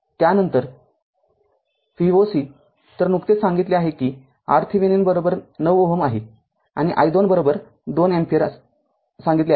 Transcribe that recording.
त्या नंतर Voc तर नुकतेच सांगितले आहे कि RThevenin ९ Ω आहे आणि i२ २ अँपिअर सांगितले आहे